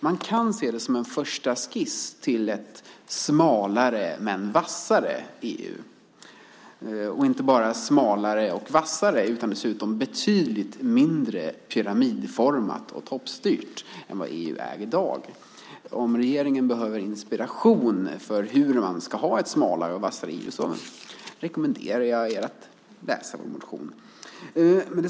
Man kan se det som en första skiss till ett smalare men vassare EU, och inte bara smalare och vassare utan dessutom betydligt mindre pyramidformat och toppstyrt än vad det är i dag. Om regeringen behöver inspiration till hur man kan få ett smalare och vassare EU rekommenderar jag dem att läsa vår motion.